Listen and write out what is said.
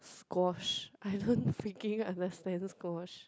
squash I don't freaking understand squash